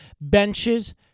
benches